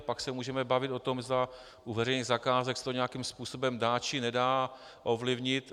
Pak se můžeme bavit o tom, zda u veřejných zakázek se to nějakým způsobem dá, či nedá ovlivnit.